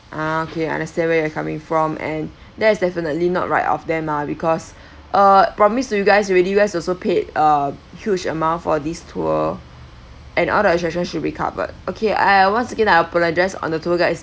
ah okay I understand where you're coming from and there is definitely not right of them ah because uh promise to you guys already you guys also paid a huge amount for this tour and all the attraction should be covered okay I once again I apologized on the tour guides